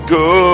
go